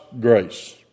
grace